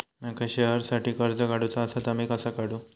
माका शेअरसाठी कर्ज काढूचा असा ता मी कसा काढू?